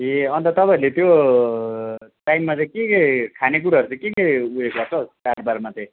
ए अन्त तपाईँहरूले त्यो टाइममा चाहिँ के के खानेकुराहरू चाहिँ के के उयो गर्छ हौ चाडबाडमा चाहिँ